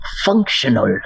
functional